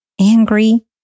angry